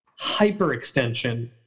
hyperextension